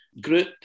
group